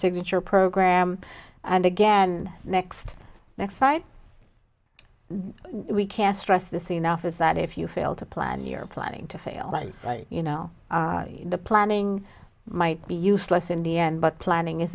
signature program and again next next fight we can't stress this enough is that if you fail to plan you're planning to fail you know the planning might be useless in the end but planning